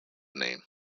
name